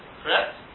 correct